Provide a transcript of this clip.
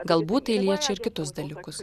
galbūt tai liečia ir kitus dalykus